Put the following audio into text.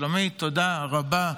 שלומית, תודה רבה.